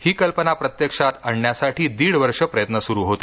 ही कल्पना प्रत्यक्षात आणण्यासाठी दीड वर्ष प्रयत्न सुरू होते